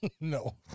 No